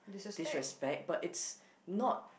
disrespect but it's not